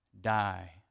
die